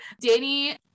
Danny